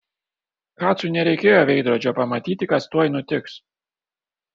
kacui nereikėjo veidrodžio pamatyti kas tuoj nutiks